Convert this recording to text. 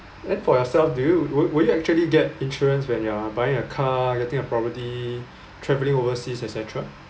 and for yourself do you will will you actually get insurance when you're buying a car getting a property travelling overseas et cetera